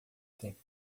tempo